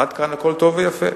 עד כאן הכול טוב ויפה.